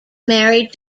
married